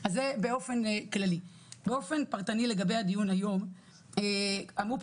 וזה מחזק את מה שכולכם אמרתם